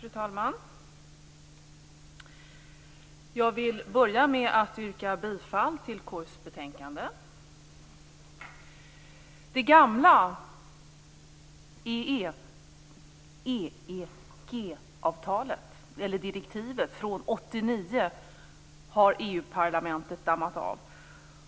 Fru talman! Jag vill börja med att yrka bifall till hemställan i KU:s betänkande. parlamentet dammat av